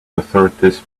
authorities